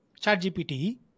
ChatGPT